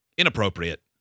inappropriate